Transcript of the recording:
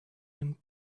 him